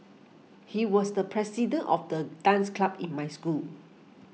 he was the president of the dance club in my school